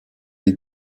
les